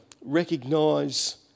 recognise